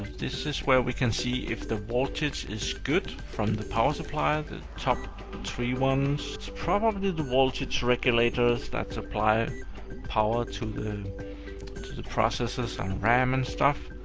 this is where we can see if the voltage is good from the power supply, the top three ones. probably the voltage regulators that supply ah power to the to the processors ram and stuff.